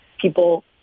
people